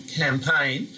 campaign